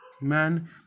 man